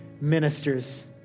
ministers